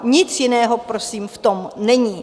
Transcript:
Nic jiného prosím v tom není.